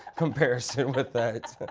comparison with that,